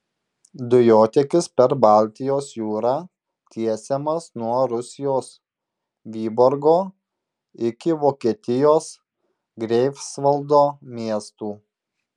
dujotiekis per baltijos jūrą tiesiamas nuo rusijos vyborgo iki vokietijos greifsvaldo miestų